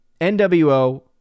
NWO